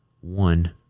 One